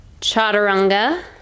chaturanga